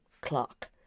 clock